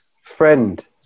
friend